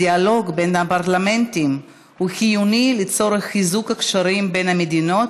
הדיאלוג בין הפרלמנטים הוא חיוני לצורך חיזוק הקשרים בין המדינות,